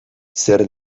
zer